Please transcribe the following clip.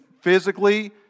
physically